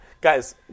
Guys